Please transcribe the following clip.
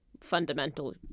fundamental